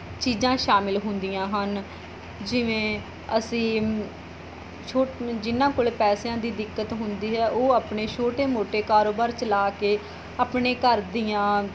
ਚੀਜ਼ਾਂ ਸ਼ਾਮਿਲ ਹੁੰਦੀਆਂ ਹਨ ਜਿਵੇਂ ਅਸੀਂ ਛੋ ਜਿਹਨਾਂ ਕੋਲ ਪੈਸਿਆਂ ਦੀ ਦਿੱਕਤ ਹੁੰਦੀ ਹੈ ਉਹ ਆਪਣੇ ਛੋਟੇ ਮੋਟੇ ਕਾਰੋਬਾਰ ਚਲਾ ਕੇ ਆਪਣੇ ਘਰ ਦੀਆਂ